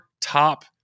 top